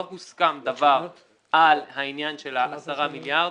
לא הוסכם דבר על העניין של ה-10 מיליארד